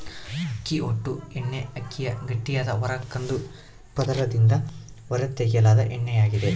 ಅಕ್ಕಿ ಹೊಟ್ಟು ಎಣ್ಣೆಅಕ್ಕಿಯ ಗಟ್ಟಿಯಾದ ಹೊರ ಕಂದು ಪದರದಿಂದ ಹೊರತೆಗೆಯಲಾದ ಎಣ್ಣೆಯಾಗಿದೆ